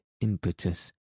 impetus